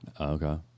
Okay